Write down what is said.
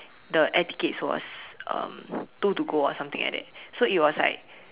the air tickets was um two to go or something like that so it was like